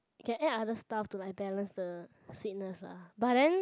can add other stuff to like balance the sweetness lah but then